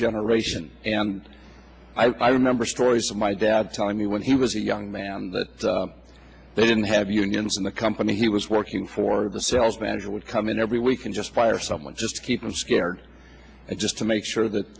generation and i remember stories of my dad telling me when he was a young man that they didn't have unions in the company he was working for the sales manager would come in every week and just fire someone just to keep him scared and just to make sure that